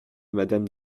madame